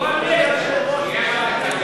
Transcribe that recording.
גועל נפש.